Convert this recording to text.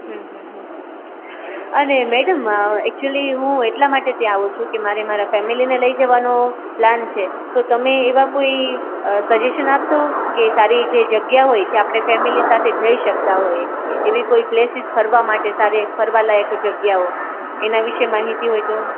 હમ હમ હમ અને મેડમ એક્ચુલી હું એટલે માટે ત્યા આવું છું કે મારે મારા ફેમિલીને લઈ જવાનો પ્લાન છે તો તમે એવાં કોઈ સજેસન આપશો કે સારી જે જગ્યા હોય ત્યાં આપણે ફેમિલી સાથે જઈ શકતા હોય એવી કોઈ પ્લેસીસ ફરવા માટે સારી ફરવાલાયક જગ્યાઓ એના વિશે માહિતી હોય તો